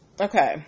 Okay